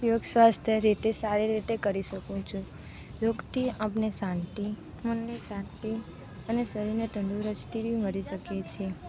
યોગ સ્વાસ્થ્ય રીતે સારી રીતે કરી શકું છું યોગથી આપણને શાંતિ મનની શાંતિ અને શરીરને તંદુરસ્તી બી મળી શકે છે